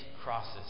crosses